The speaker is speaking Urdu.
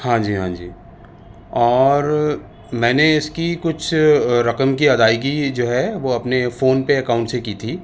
ہاں جی ہاں جی اور میں نے اس کی کچھ رقم کی ادائیگی جو ہے وہ اپنے فون پے اکاؤنٹ سے کی تھی